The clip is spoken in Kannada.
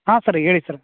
ಹಾಂ ಸರ್ ಹೇಳಿ ಸರ್